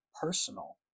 personal